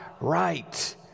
right